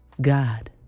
God